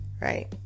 right